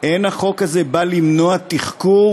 אין החוק הזה בא למנוע תחקור,